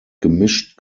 gemischt